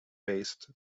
based